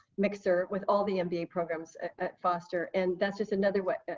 mixer with all the mba programs at foster. and that's just another way,